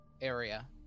area